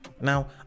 Now